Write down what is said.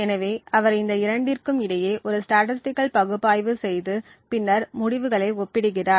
எனவே அவர் இந்த இரண்டிற்கும் இடையே ஒரு ஸ்டேடஸ்ட்டிகள் பகுப்பாய்வு செய்து பின்னர் முடிவுகளை ஒப்பிடுகிறார்